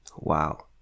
Wow